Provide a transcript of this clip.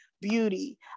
beauty